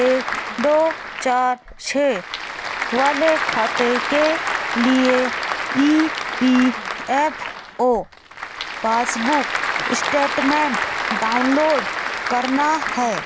एक दो चार छ वाले खाते के लिए E P F O passbook statement download करना है